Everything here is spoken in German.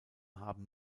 haben